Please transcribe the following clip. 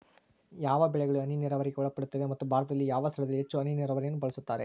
ಯಾವ ಬೆಳೆಗಳು ಹನಿ ನೇರಾವರಿಗೆ ಒಳಪಡುತ್ತವೆ ಮತ್ತು ಭಾರತದಲ್ಲಿ ಯಾವ ಸ್ಥಳದಲ್ಲಿ ಹೆಚ್ಚು ಹನಿ ನೇರಾವರಿಯನ್ನು ಬಳಸುತ್ತಾರೆ?